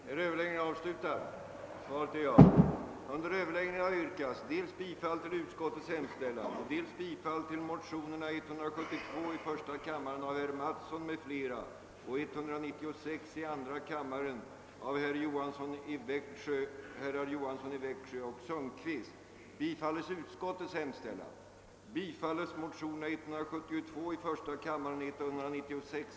Herr talman! Med jämna mellanrum sprider massmedia alarmerande rapporter om de s.k. p-pillrens biverkningar. Det är självklart att dessa rapporter väcker stor oro bland de ca 400 000 kvinnor som bara i vårt land nu regelbundet använder p-piller för att undvika graviditet. Objektiv information från forskare och läkare får sällan lika stor publicitet som alarmrapporterna och når därför heller inte ut till alla som skulle behöva detta som motvikt mot de ofta missvisande referaten om Pp-pillrens skadeverkningar. Dessutom synes även forskarnas och läkarnas kunskaper om dessa pillers biverkningar vara bristfälliga.